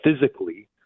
physically